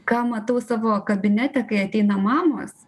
ką matau savo kabinete kai ateina mamos